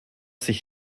sich